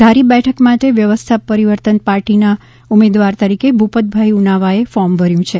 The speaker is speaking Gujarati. ધારી બેઠક માટે વ્યવસ્થા પરિવર્તન પાર્ટીના ઉમેદવાર તરીકે ભૂપતભાઇ ઉનાવાએ ફોર્મ ભર્યું છે